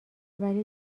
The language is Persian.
ولی